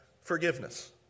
forgiveness